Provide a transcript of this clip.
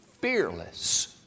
fearless